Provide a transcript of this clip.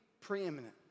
preeminent